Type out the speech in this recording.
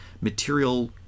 material